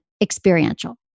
experiential